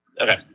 Okay